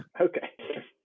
Okay